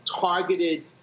targeted